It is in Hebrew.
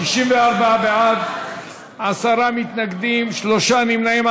64 בעד, עשרה מתנגדים, שלושה נמנעים.